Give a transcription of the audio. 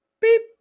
Beep